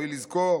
ראוי לזכור